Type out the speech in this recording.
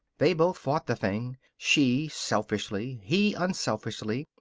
they both fought the thing, she selfishly, he unselfishly,